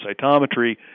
cytometry